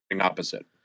opposite